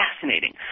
fascinating